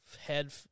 head